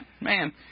Man